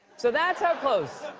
so that's how close